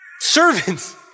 Servants